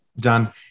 done